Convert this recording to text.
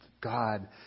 God